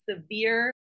severe